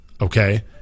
okay